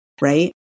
right